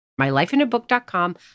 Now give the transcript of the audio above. mylifeinabook.com